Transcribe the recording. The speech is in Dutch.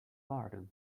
waarde